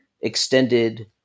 extended